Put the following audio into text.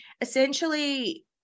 essentially